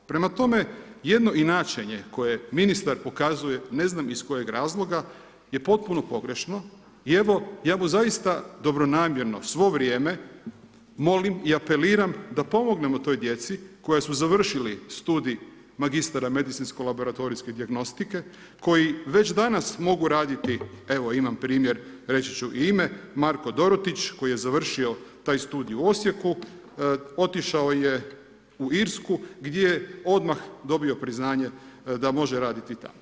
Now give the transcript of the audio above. Prema tome, jedno inaćenje koje je ministar pokazuje ne znam iz kojeg razloga je potpuno pogrešno i evo, ja mu zaista dobronamjerno svo vrijeme molim i apeliram da pomognemo toj djeci koja su završili studij magistara medicinsko-laboratorijske dijagnostike, koji već danas mogu radit, evo imam primjer, reći ću i ime, Marko Dorutić, koji je završio taj studij u Osijeku, otišao je u Irsku gdje je odmah dobio priznanje da može raditi tamo.